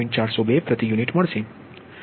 402 પ્રતિ યુનિટ